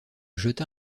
jeta